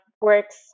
works